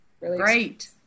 Great